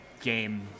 game